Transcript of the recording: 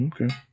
Okay